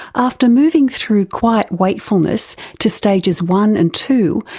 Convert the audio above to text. after moving through quiet wakefulness to stages one and two,